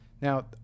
Now